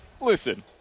Listen